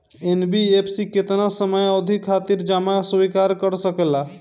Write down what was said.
NBFC केतना समयावधि खातिर जमा स्वीकार कर सकला?